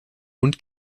und